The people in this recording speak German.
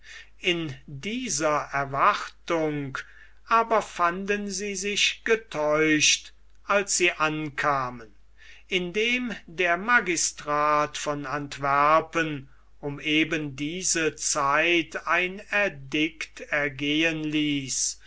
in dieser erwartung aber fanden sie sich getäuscht als sie ankamen indem der magistrat von antwerpen um eben diese zeit ein edikt ergehen ließ